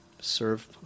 serve